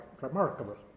remarkable